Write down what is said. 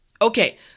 Okay